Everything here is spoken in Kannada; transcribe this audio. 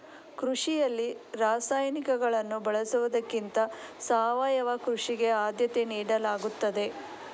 ಕೃಷಿಯಲ್ಲಿ ರಾಸಾಯನಿಕಗಳನ್ನು ಬಳಸುವುದಕ್ಕಿಂತ ಸಾವಯವ ಕೃಷಿಗೆ ಆದ್ಯತೆ ನೀಡಲಾಗುತ್ತದೆ